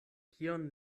kion